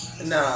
Nah